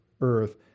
earth